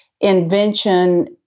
invention